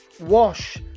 wash